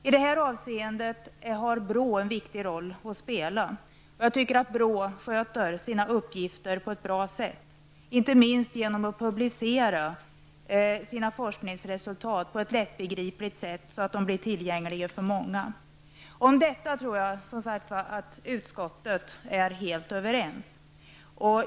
I det här avseendet har BRÅ en viktig roll att spela. Jag tycker att BRÅ sköter sina uppgifter på ett bra sätt, inte minst genom att publicera sina forskningsresultat på ett lättbegripligt sätt så att de blir tillgängliga för många. Om detta, tror jag som sagt, att utskottet är helt överens.